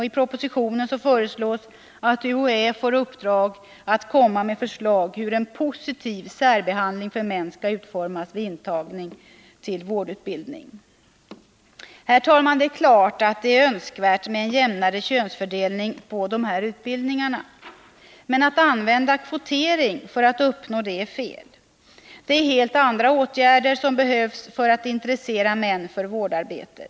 I propositionen föreslås att UHÄ får i uppdrag att komma med förslag om hur en positiv särbehandling för män skall utformas vid intagning till vårdutbildning. Herr talman! Det är klart att det är önskvärt med en jämnare könsfördelning när det gäller dessa utbildningar. Men att använda kvotering för att uppnå detta är felaktigt. Det är helt andra åtgärder som behövs för att intressera män för vårdarbete.